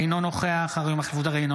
אינו נוכח אריה מכלוף דרעי,